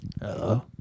Hello